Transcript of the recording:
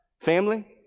family